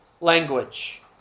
language